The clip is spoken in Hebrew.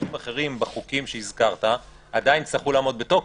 רכיבים אחרים בחוקים שהזכרת עדיין יצטרכו לעמוד בתוקף.